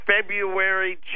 February